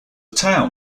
town